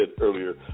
earlier